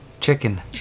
chicken